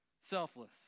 Selfless